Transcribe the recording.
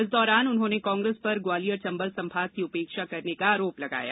इस दौरान उन्होंने कांग्रेस पर ग्वालियर चंबल संभाग की उपेक्षा करने का आरोप लगाया